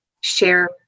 share